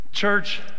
church